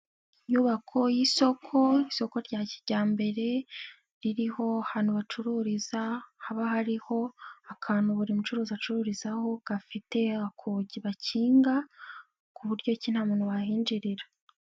Inyubako y'isoko, isoko rya kijyambere, ririho ahantu bacururiza haba hariho akantu buri mucuruzi acururizaho gafitegi bakinga, kuburyo ki nta muntu wahinjirira.